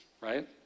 right